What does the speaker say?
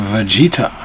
Vegeta